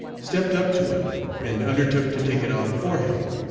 stepped up to him and undertook to take it off for him,